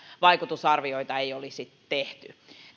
vaikutusarvioita ei olisi tehty